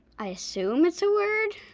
i assume it's a word.